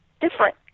different